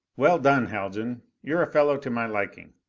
well done, haljan. you're a fellow to my liking!